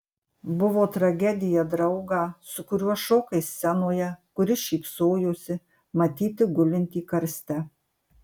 buvo tragedija draugą su kuriuo šokai scenoje kuris šypsojosi matyti gulintį karste